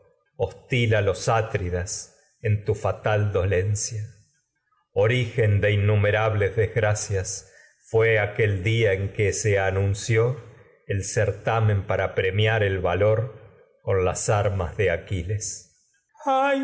hostil a los atridas en tu fatal dolencia origen de innumera bles desgracias para fué aquel día en que se anunció el cer tamen premiar el valor con las armas de aquiles